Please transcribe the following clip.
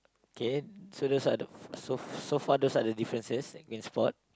K so those are the so so far those are the differences I can spot